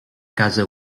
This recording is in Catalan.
casa